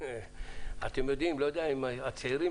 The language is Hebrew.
אתם יודעים, הצעירים